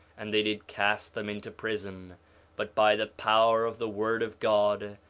and they did cast them into prison but by the power of the word of god,